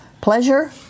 Pleasure